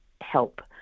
help